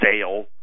sale